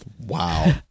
Wow